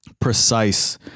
precise